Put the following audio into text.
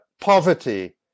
poverty